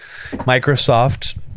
microsoft